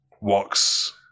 walks